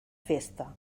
festa